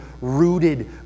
rooted